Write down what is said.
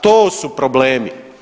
To su problemi.